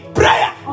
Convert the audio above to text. prayer